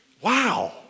Wow